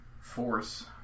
force